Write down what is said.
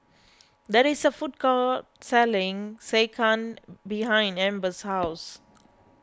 there is a food court selling Sekihan behind Ambers' house